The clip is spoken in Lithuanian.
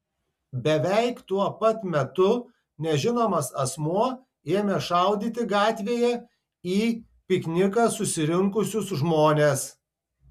beveik tuo pat metu nežinomas asmuo ėmė šaudyti gatvėje į pikniką susirinkusius žmones